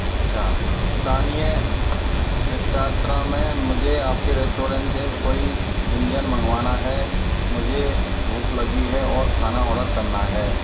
अच्छा स्थानीय रेस्टोरंटों में मुझे आप के रेस्टोरेंट से कोई व्यंजन मंगवाना है मुझे भूख लगी है और खाना ऑर्डर करना है